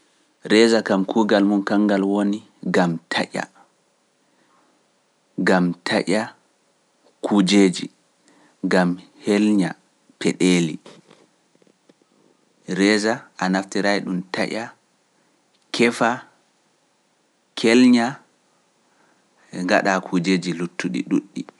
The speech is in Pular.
Reeza kam kuugal mum kanngal woni, ngam taƴa, ngam taƴaa kuujeeji, ngam helña peɗeeli, reeza a naftiraay-ɗum taƴaa kefaa kelñaa ngaɗaa kuujeeji luttuɗi ɗuuɗɗi.